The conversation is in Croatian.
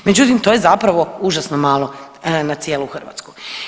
Međutim, to je zapravo užasno malo na cijelu Hrvatsku.